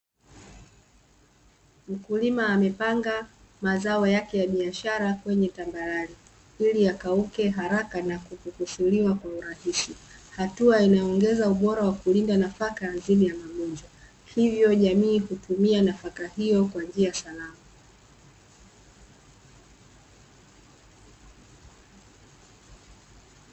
Mkulima amepanga mazao yake ya biashara kwenye tambarare, ili yakauke haraka na kukusuliwa kwa urahisi. Hatua inayoongeza ubora wa kulinda nafaka dhidi ya magonjwa, hivyo jamii kutumia nafaka hiyo kwa njia salama.